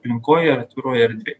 aplinkoje ar atviroj erdvėj